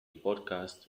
podcast